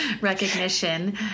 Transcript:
recognition